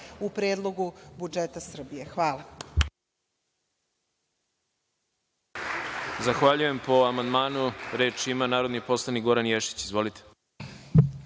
u predlogu budžeta Srbije. Hvala.